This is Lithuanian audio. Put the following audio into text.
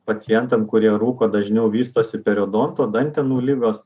pacientam kurie rūko dažniau vystosi periodonto dantenų ligos